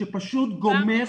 שפשוט גומר את המשק.